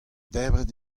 debret